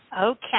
Okay